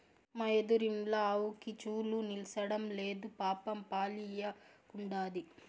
మా ఎదురిండ్ల ఆవుకి చూలు నిల్సడంలేదు పాపం పాలియ్యకుండాది